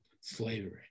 slavery